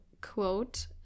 quote